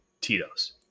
Tito's